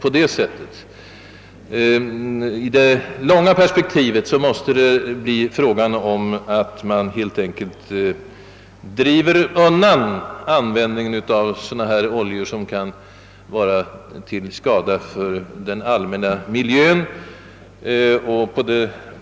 I det långa perspektivet måste det nämligen bli så, att man helt enkelt driver undan användningen av sådana oljor som kan vara till skada för miljön.